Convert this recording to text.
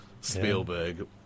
Spielberg